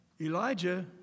Elijah